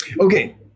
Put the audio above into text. Okay